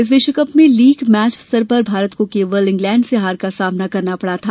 इस विश्वकप में लीग मैच स्तर पर भारत को केवल इंग्लैंड से हार का सामना करना पड़ा था